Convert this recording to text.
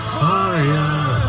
fire